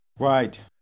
Right